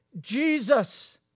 Jesus